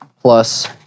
plus